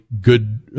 good